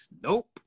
Nope